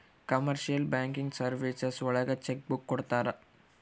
commercial banking services ಒಳಗ cheque book ಕೊಡ್ತಾರ